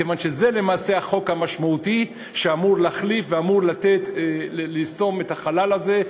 כיוון שזה למעשה החוק המשמעותי שאמור להחליף ואמור לסתום את החלל הזה,